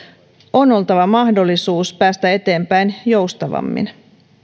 on oltava mahdollisuus päästä eteenpäin joustavammin